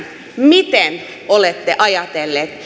miten olette ajatelleet